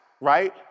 right